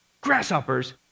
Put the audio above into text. grasshoppers